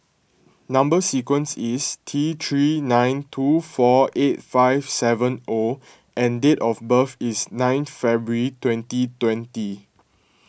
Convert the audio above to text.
Number Sequence is T three nine two four eight five seven O and date of birth is nine February twenty twenty